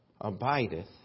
abideth